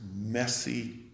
messy